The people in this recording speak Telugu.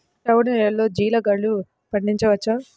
చవుడు నేలలో జీలగలు పండించవచ్చా?